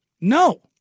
No